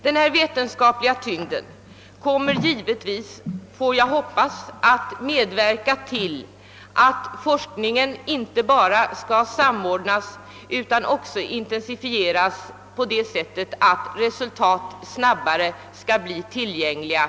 Den vetenskapliga tyngden kommer, vågar jag hoppas, att medverka till att forskningen inte bara samordnas utan också intensifieras, så att resultaten snabbt blir tillgängliga.